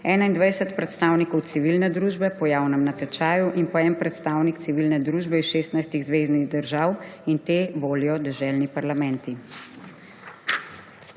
21 predstavnikov civilne družbe po javnem natečaju in po en predstavnik civilne družbe iz 16 zveznih držav in te volijo deželni parlamenti.